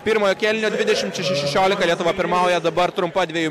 pirmojo kėlinio dvidešimt šešiolika lietuva pirmauja dabar trumpa dviejų